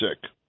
sick